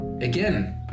again